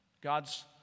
God's